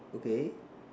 okay